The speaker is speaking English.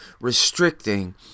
restricting